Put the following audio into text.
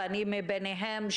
ואני ביניהם,